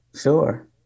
Sure